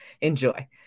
Enjoy